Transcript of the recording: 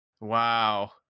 Wow